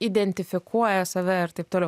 identifikuoja save ir taip toliau